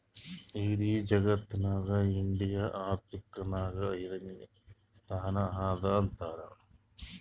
ಇಡಿ ಜಗತ್ನಾಗೆ ಇಂಡಿಯಾ ಆರ್ಥಿಕ್ ನಾಗ್ ಐಯ್ದನೇ ಸ್ಥಾನ ಅದಾ ಅಂತಾರ್